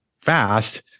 fast